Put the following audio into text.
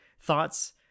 thoughts